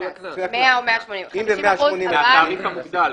מהתעריף המוגדל.